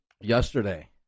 yesterday